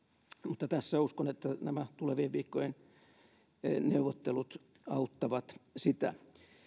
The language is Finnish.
mutta uskon että tässä nämä tulevien viikkojen neuvottelut auttavat sitä